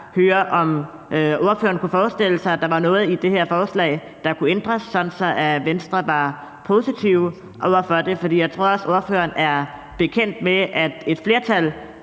høre, om ordføreren kunne forestille sig, at der var noget i det her forslag, der kunne ændres, sådan at Venstre var positive over for det. For jeg tror også, ordføreren er bekendt med, at et flertal